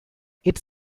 its